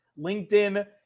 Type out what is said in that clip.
LinkedIn